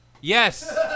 Yes